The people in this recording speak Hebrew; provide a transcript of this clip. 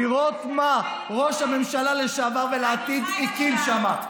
לראות מה ראש הממשלה לשעבר ולעתיד הקים שם.